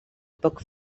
poc